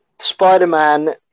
Spider-Man